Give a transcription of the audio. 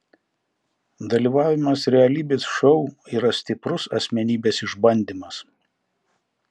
dalyvavimas realybės šou yra stiprus asmenybės išbandymas